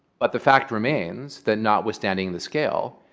but the fact remains that, notwithstanding the scale,